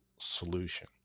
solution